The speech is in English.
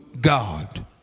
God